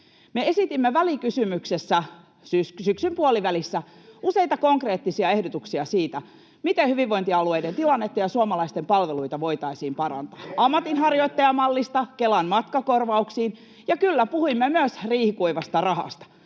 Me esitimme välikysymyksessä syksyn puolivälissä useita konkreettisia ehdotuksia siitä, miten hyvinvointialueiden tilannetta ja suomalaisten palveluita voitaisiin parantaa [Ben Zyskowicz: Teidän jäljiltä!] ammatinharjoittajamallista Kelan matkakorvauksiin, ja kyllä, puhuimme myös riihikuivasta rahasta.